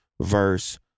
verse